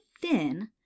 thin